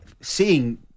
seeing